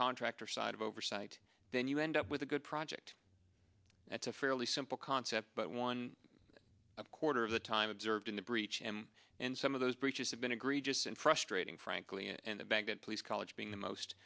contractor side of oversight then you end up with a good project that's a fairly simple concept but one of quarter of the time observed in the breach m and some of those breaches have been agreed just in frustrating frankly and the baghdad police college being the most